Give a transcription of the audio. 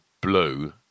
blue